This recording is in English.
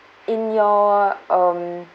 in your um